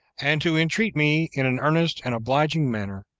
and to entreat me, in an earnest and obliging manner,